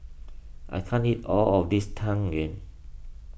I can't eat all of this Tang Yuen